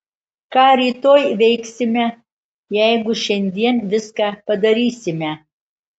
ką rytoj veiksime jeigu šiandien viską padarysime